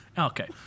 Okay